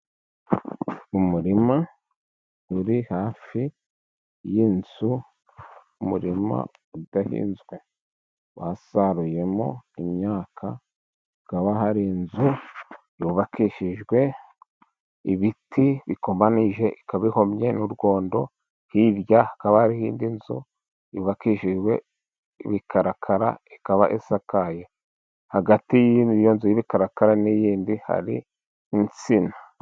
Umurima uri hafi y'inzu umurima udahinzwe wasaruyemo imyaka hakaba hari inzu yubakishijwe ibiti bikomanije. Ikaba ihomye n'urwondo hirya hakaba hari indi nzu yubakishijwe ibikarakara ikaba isakaye, hagati y'iyo nzu y'ibikarakara n'iyindi hari insina.